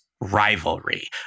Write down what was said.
rivalry